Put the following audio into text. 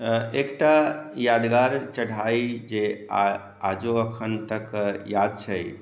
एकटा यादगार चढ़ाइ जे आजो अखन तक याद छै